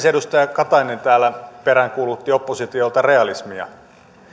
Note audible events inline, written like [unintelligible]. [unintelligible] edustaja katainen täällä peräänkuulutti oppositiolta realismia